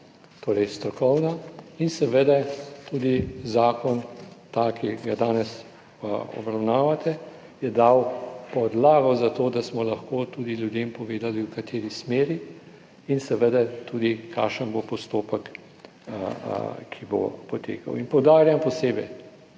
torej strokovna in seveda tudi zakon, ta, ki ga danes obravnavate, je dal podlago za to, da smo lahko tudi ljudem povedali v kateri smeri in seveda tudi kakšen bo postopek, ki bo potekal. In poudarjam posebej,